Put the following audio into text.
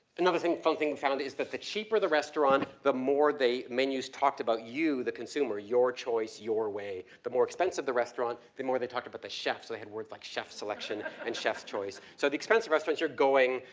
another thing fun thing and found is that the cheaper the restaurant, the more they menus talked about you the consumer, your choice, your way. the more expensive the restaurant, the more they talked about the chefs. they had words like chef's selection and chef's choice. so the expensive restaurants you're going,